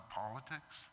politics